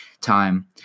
time